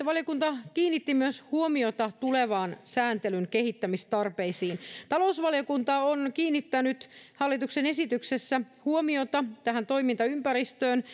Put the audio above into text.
valiokunta kiinnitti huomiota myös tulevan sääntelyn kehittämistarpeisiin talousvaliokunta on kiinnittänyt hallituksen esityksessä huomiota tähän toimintaympäristöön